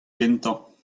gentañ